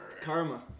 karma